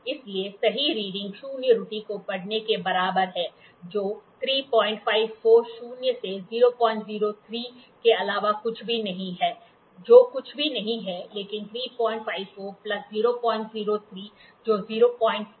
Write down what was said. इसलिए सही रीडिंग शून्य त्रुटि को पढ़ने के बराबर है जो 354 शून्य से 003 के अलावा कुछ भी नहीं है जो कुछ भी नहीं है लेकिन 354 प्लस 003 जो 357 सेंटीमीटर है